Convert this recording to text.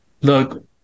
Look